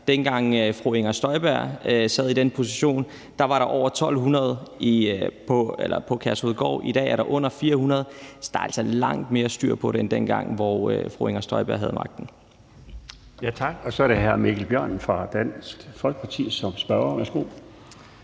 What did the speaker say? Dengang fru Inger Støjberg sad i den position, var der over 1.200 på Kærshovedgård. I dag er der under 400. Så der er altså langt mere styr på det, end dengang fru Inger Støjberg havde magten. Kl. 17:23 Den fg. formand (Bjarne Laustsen): Tak. Så er det hr. Mikkel Bjørn fra Dansk Folkeparti som spørger. Værsgo.